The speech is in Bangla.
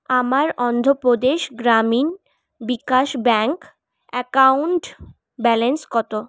আমার Andhra Pradesh Grameen Vikas bank account balance কত